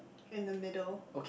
in the middle